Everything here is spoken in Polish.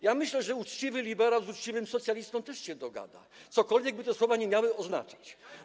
Ja myślę, że uczciwy liberał z uczciwym socjalistą też się dogada, cokolwiek by te słowa nie oznaczały.